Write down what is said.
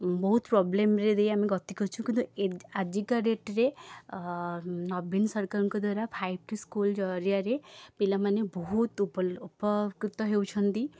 ବହୁତ ପ୍ରୋବ୍ଲେମ୍ରେ ଦେଇ ଆମେ ଗତି କରିଛୁ କିନ୍ତୁ ଏ ଆଜିକା ଡେଟ୍ରେ ନବୀନ ସରକାରଙ୍କ ଦ୍ୱାରା ଫାଇବ୍ ଟି ସ୍କୁଲ୍ ଜରିଆରେ ପିଲାମାନେ ବହୁତ ଉପକୃତ ହେଉଛନ୍ତି